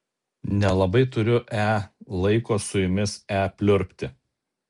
nelabai turiu e laiko su jumis e pliurpti